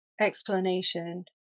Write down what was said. explanation